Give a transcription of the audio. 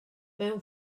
mewn